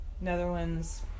Netherlands